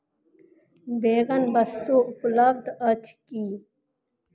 बेगन वस्तु उपलब्ध अछि की